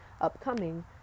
upcoming